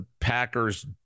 Packers